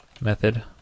method